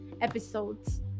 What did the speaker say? episodes